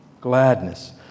gladness